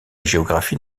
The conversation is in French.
géographie